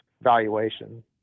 valuation